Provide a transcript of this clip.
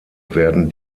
werden